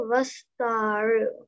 Vastaru